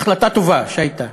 החלטה טובה שהייתה.